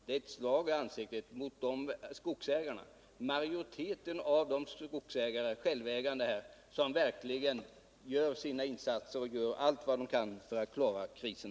Det är ett slag i ansiktet på skogsägarna, ett slag mot majoriteten av de självägande skogsägare som verkligen gör allt vad de kan för att klara krisen.